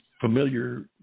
familiar